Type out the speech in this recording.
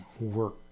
work